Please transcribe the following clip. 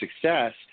success